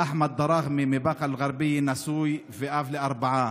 ואחמד דראכמה מבאקה אל-גרבייה, נשוי ואב לארבעה.